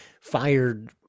fired